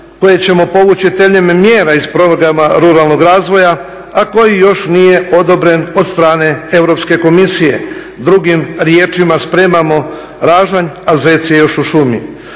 koje ćemo povući temeljem mjera iz programa ruralnog razvoja a koji još nije odobren od strane Europske komisije. Drugim riječima "Spremamo ražanj a zec je još u šumi".